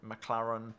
McLaren